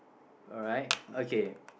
alright okay